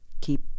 keep